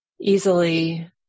easily